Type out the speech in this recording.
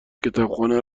کتابخانه